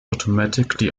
automatically